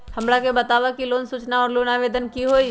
हमरा के बताव कि लोन सूचना और लोन आवेदन की होई?